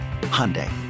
Hyundai